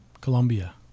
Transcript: Colombia